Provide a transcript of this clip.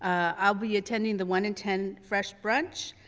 um i'll be attending the one in ten fresh brunch.